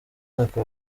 mwaka